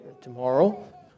tomorrow